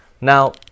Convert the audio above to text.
now